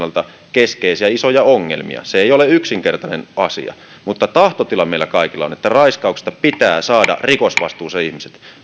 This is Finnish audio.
keskeisiä isoja ongelmia se ei ole yksinkertainen asia mutta tahtotila meillä kaikilla on että raiskauksista pitää saada rikosvastuuseen ihmiset